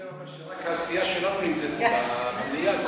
אבל זה לא פייר שרק הסיעה שלנו נמצאת פה, במליאה.